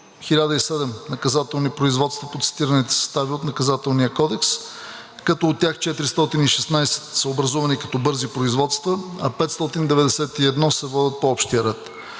1007 наказателни производства по цитираните състави от Наказателния кодекс, като от тях 416 са образувани като бързи производства, а 591 се водят по общия ред.